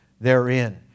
therein